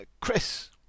Chris